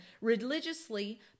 religiously